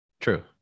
true